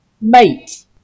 mate